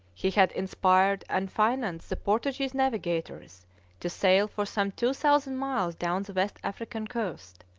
he had inspired and financed the portuguese navigators to sail for some two thousand miles down the west african coast.